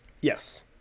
Yes